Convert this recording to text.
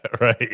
Right